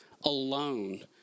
alone